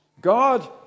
God